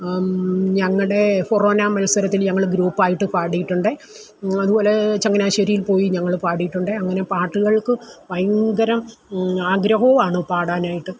ഞങ്ങളുടെ ഫൊറോനാ മത്സരത്തിന് ഞങ്ങൾ ഗ്രൂപ്പായിട്ട് പാടിയിട്ടുണ്ട് അതുപോലെത്തന്നെ ചങ്ങനാശ്ശേരിയിൽ പോയി ഞങ്ങൾ പാടിയിട്ടുണ്ട് അങ്ങനെ പാട്ടുകൾക്കും ഭയങ്കര ആഗ്രഹവുമാണ് പാടാനായിട്ട്